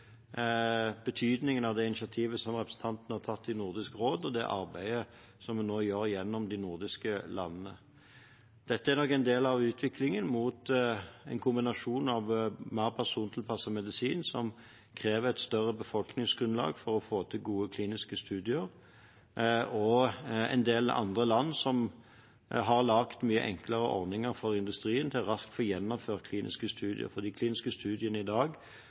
betydningen av det initiativet som representanten har tatt i Nordisk råd, og det arbeidet som en nå gjør gjennom de nordiske landene. Dette er nok en del av utviklingen mot en kombinasjon av mer persontilpasset medisin, som krever et større befolkningsgrunnlag for å få til gode kliniske studier. En del andre land har laget mye enklere ordninger for industrien for raskt å få gjennomført kliniske studier, for de kliniske studiene må i dag